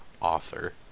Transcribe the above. author